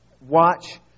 Watch